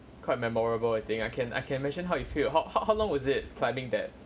quite memorable I think I can I can imagine how you feel how how how long was it climbing that